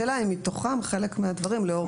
אולי כדאי לקבוע חלק מהם כחובה,